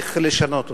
ואיך לשנות אותה.